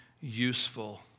useful